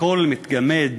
הכול מתגמד